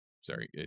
Sorry